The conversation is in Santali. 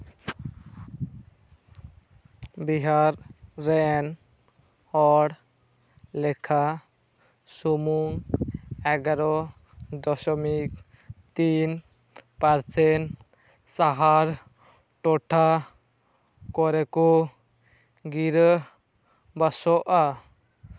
ᱵᱤᱦᱟᱨ ᱨᱮᱱ ᱦᱚᱲ ᱞᱮᱠᱷᱟ ᱥᱩᱢᱩᱝ ᱮᱜᱟᱨᱚ ᱫᱚᱥᱚᱢᱤᱠ ᱛᱤᱱ ᱯᱟᱨᱥᱮᱱ ᱥᱟᱦᱟᱨ ᱴᱚᱴᱷᱟ ᱠᱚᱨᱮ ᱠᱚ ᱜᱤᱨᱟᱹ ᱵᱟᱥᱚᱜᱼᱟ